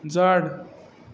झाड